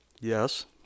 Yes